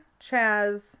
Chaz